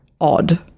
odd